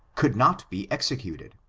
could not be executed.